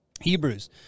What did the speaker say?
Hebrews